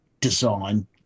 design